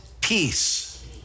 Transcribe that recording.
peace